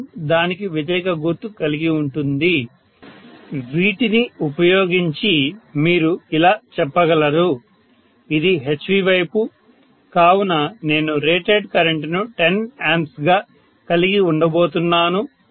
sin దానికి వ్యతిరేక గుర్తు కలిగి ఉంటుంది వీటిని ఉపయోగించి మీరు ఇలా చెప్పగలరు ఇది HV వైపు కావున నేను రేటెడ్ కరెంటును 10A గా కలిగి ఉండబోతున్నాను